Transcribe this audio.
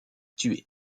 tué